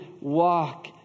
walk